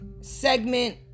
segment